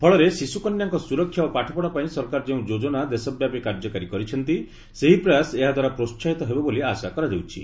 ଫଳରେ ଶିଶୁ କନ୍ୟାଙ୍କ ସୁରକ୍ଷା ଓ ପାଠପଢ଼ା ପାଇଁ ସରକାର ଯେଉଁ ଯୋଜନା ଦେଶ ବ୍ୟାପୀ କାର୍ଯ୍ୟକାରୀ କରିଛନ୍ତି ସେହି ପ୍ରୟାସ ଏହା ଦ୍ୱାରା ପ୍ରୋସାହିତ ହେବ ବୋଲି ଆଶା କରାଯାଉଛି